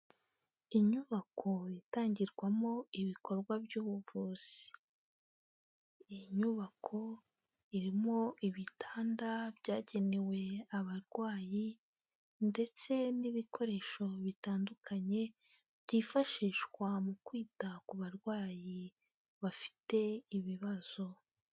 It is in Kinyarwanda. Inyubako itangirwamo ibikorwa by'ubuvuzi. Iyi nyubako irimo ibitanda byagenewe abarwayi ndetse n'ibikoresho bitandukanye, byifashishwa mu kwita ku barwayi bafite ibibazo.